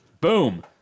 Boom